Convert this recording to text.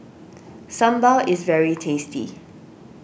Sambal is very tasty